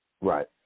Right